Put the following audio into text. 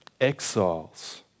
exiles